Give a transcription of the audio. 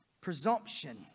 presumption